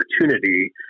opportunity